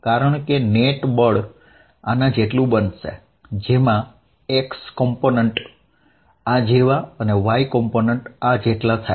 કારણ કે નેટ બળ આના જેટલું બનશે જેમા x કમ્પોનન્ટ આ જેવા અને y કોમ્પોનન્ટ આ જેટલા થાય